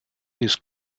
his